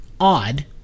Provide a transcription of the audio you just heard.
Odd